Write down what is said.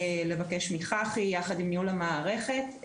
לבקש מחח"י יחד עם ניהול המערכת,